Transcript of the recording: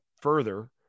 further